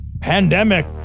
pandemic